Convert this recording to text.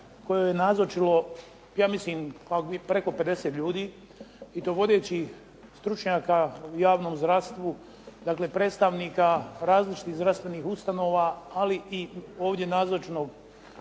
kojoj je nazočilo, ja mislim pa preko 50 ljudi i to vodećih stručnjaka u javnom zdravstvu, dakle, predstavnika različitih zdravstvenih ustanova, ali i ovdje nazočuje